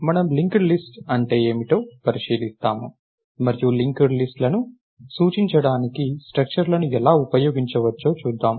మనము linked lists అంటే ఏమిటో పరిశీలిస్తాము మరియు లింక్డ్ లిస్ట్స్ లను సూచించడానికి స్ట్రక్చర్లను ఎలా ఉపయోగించవచ్చో చూద్దాం